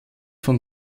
von